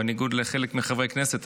בניגוד לחלק מחברי הכנסת.